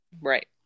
Right